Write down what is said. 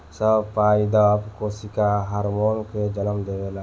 सब पादप कोशिका हार्मोन के जन्म देवेला